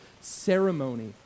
ceremony